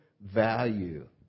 value